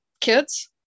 kids